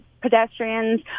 pedestrians